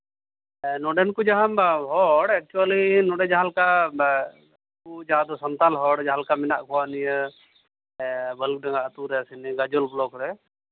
ᱱᱚᱸᱰᱮᱱ ᱠᱚ ᱡᱟᱦᱟᱱ ᱦᱚᱲ ᱮᱠᱪᱩᱭᱮᱞᱤ ᱱᱚᱸᱰᱮ ᱡᱟᱦᱟᱸ ᱞᱮᱠᱟ ᱩᱱᱠᱩ ᱡᱟᱦᱟᱸ ᱫᱚ ᱥᱟᱱᱛᱟᱲ ᱦᱚᱲ ᱡᱟᱦᱟᱸ ᱞᱮᱠᱟ ᱢᱮᱱᱟᱜ ᱠᱚᱣᱟ ᱱᱤᱭᱟᱹ ᱵᱷᱟᱹᱞᱩᱠ ᱰᱳᱵᱟᱟ ᱟᱹᱛᱩ ᱨᱮ ᱥᱮ ᱱᱤᱭᱟᱹ ᱜᱟᱡᱚᱞ ᱵᱞᱚᱠ ᱨᱮ